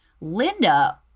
Linda